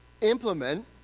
implement